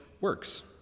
works